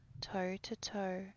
toe-to-toe